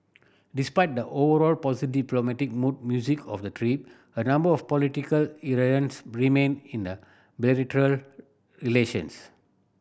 despite the overall positive diplomatic mood music of the trip a number of political irritants remain in the bilateral relations